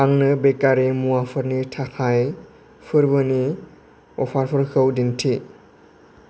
आंनो बेकारि मुवाफोरनि थाखाय फोरबोनि अफारफोरखौ दिन्थि